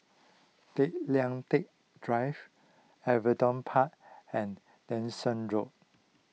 Tay Lian Teck Drive Everton Park and Dyson Road